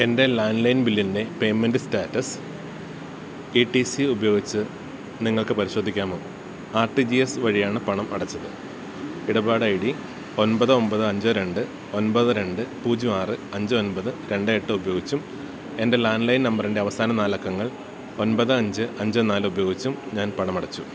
എൻ്റെ landline ബില്ലിൻ്റെ payment status E T C ഉപയോഗിച്ച് നിങ്ങൾക്ക് പരിശോധിക്കാമോ ആർ ടി ജി എസ് വഴിയാണ് പണം അടച്ചത് ഇടപാട് ഐ ഡി ഒൻപത് ഒന്പത് അഞ്ച് രണ്ട് ഒൻപത് രണ്ട് പൂജ്യം ആറ് അഞ്ച് ഒൻപത് രണ്ട് എട്ട് ഉപയോഗിച്ചും എൻ്റെ ലാൻഡ് ലൈൻ നമ്പറിൻ്റെ അവസാന നാലക്കങ്ങൾ ഒൻപത് അഞ്ച് അഞ്ച് നാല് ഉപയോഗിച്ചും ഞാൻ പണമടച്ചു